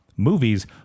Movies